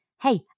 Hey